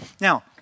Now